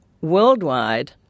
worldwide